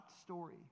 story